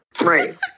Right